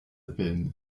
peine